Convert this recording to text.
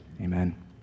Amen